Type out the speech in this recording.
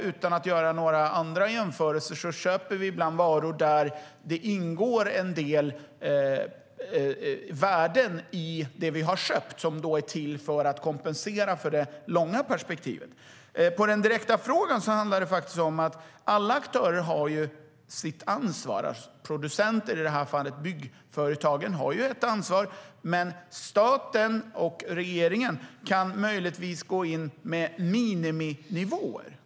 Utan att göra några andra jämförelser köper vi ibland varor där det ingår en del värden i det vi har köpt som är till för att kompensera för det långa perspektivet. På den direkta frågan kan jag svara att alla aktörer har sitt ansvar. I det här fallet har producenter, byggföretagen, ett ansvar. Men staten och regeringen kan möjligtvis gå in med miniminivåer.